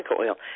oil